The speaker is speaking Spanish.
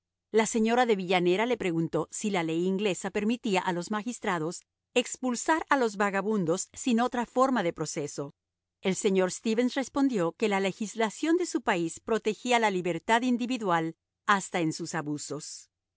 la señora de villanera le preguntó si la ley inglesa permitía a los magistrados expulsar a los vagabundos sin otra forma de proceso el señor stevens respondió que la legislación de su país protegía la libertad individual hasta en sus abusos